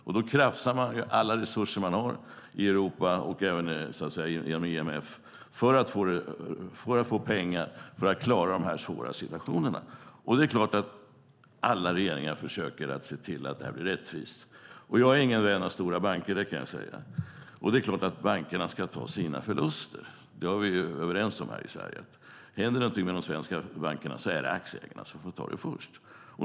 Man krafsar ihop alla resurser man har i Europa och inom IMF för att få pengar och klara den här svåra situationen. Alla regeringar försöker naturligtvis se till att det blir rättvist. Jag är ingen vän av stora banker. Det är klart att bankerna ska ta sina förluster. Det är vi överens om i Sverige. Om det händer något med de svenska bankerna är det aktieägarna som ska ta det först.